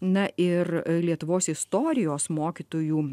na ir lietuvos istorijos mokytojų